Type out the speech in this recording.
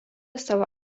savo